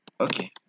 okay